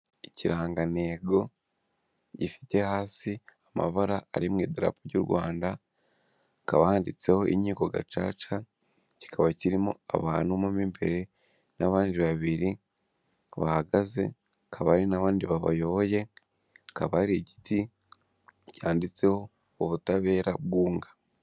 Ikirangantego gifite hasi amabara ari mu idarapo ry'u Rwanda hakaba haditseho inkiko gacaca kikaba kirimo abantu mo mu imbere n'abandi babiri bahagaze hakaba hari n'abandi babayoboye hakaba hari igiti cyanditseho ubutabera bwunga.